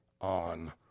on